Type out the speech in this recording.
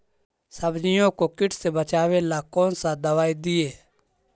सब्जियों को किट से बचाबेला कौन सा दबाई दीए?